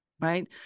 Right